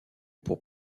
pour